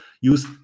use